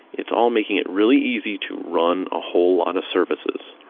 it's all making it really easy to run a whole lot of services,